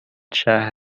شهر